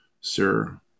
sir